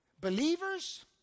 Believers